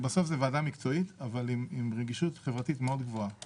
בסוף זו ועדה מקצועית אבל עם רגישות חברתית גבוהה מאוד.